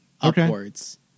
upwards